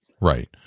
Right